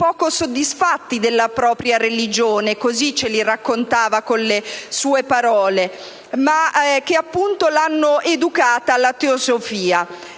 poco soddisfatti della propria religione (così ce li raccontava con le sue parole), che l'avevano educata alla teosofia.